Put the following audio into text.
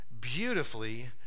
beautifully